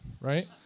right